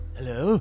Hello